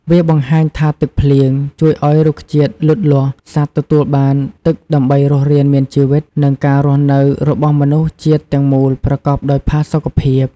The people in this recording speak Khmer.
វាបង្ហាញថាទឹកភ្លៀងជួយឲ្យរុក្ខជាតិលូតលាស់ សត្វទទួលបានទឹកដើម្បីរស់រានមានជីវិត និងការរស់នៅរបស់មនុស្សជាតិទាំងមូលប្រកបដោយផាសុកភាព។